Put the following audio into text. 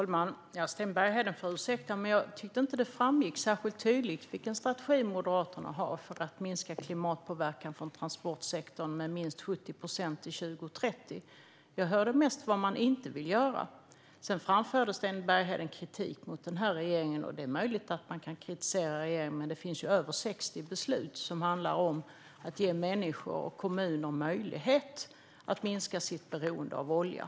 Fru talman! Sten Bergheden får ursäkta, men jag tyckte inte att det framgick särskilt tydligt vilken strategi Moderaterna har för att minska klimatpåverkan från transportsektorn med minst 70 procent till 2030. Jag hörde mest vad man inte vill göra. Sedan framförde Sten Bergheden kritik mot regeringen. Det är möjligt att man kan kritisera regeringen. Men det finns över 60 beslut som handlar om att ge människor och kommuner möjlighet att minska sitt beroende av olja.